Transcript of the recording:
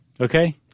Okay